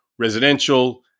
residential